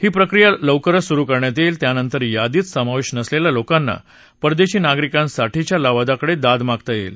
ही प्रक्रिया लवकरच सुरु करण्यात येईने त्यानंतर यादीत समावधीनसलखी लोकांना परदर्शी नागरिकांसाठीच्या लवादाकडविद मागता येईने